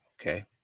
Okay